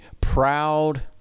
proud